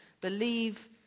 believe